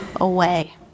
away